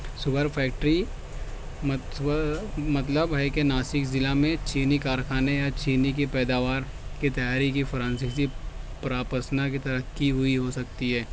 sugar factory مطلب ہے کہ ناسک ضلع میں چینی کارخانے یا چینی کے پیداوار کے تیاری کی فرانسیسی پراپسنا کی ترقی کی ہوئی ہو سکتی ہے